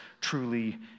truly